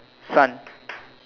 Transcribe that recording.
sun